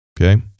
Okay